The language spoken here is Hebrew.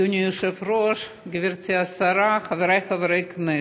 אדוני היושב-ראש, גברתי השרה, חבריי חברי הכנסת,